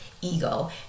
ego